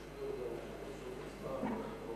שתי הודעות דורשות הצבעה.